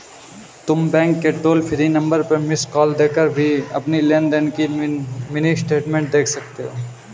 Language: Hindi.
तुम बैंक के टोल फ्री नंबर पर मिस्ड कॉल देकर भी अपनी लेन देन की मिनी स्टेटमेंट देख सकती हो